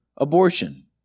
abortion